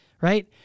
right